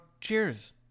cheers